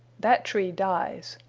that tree dies.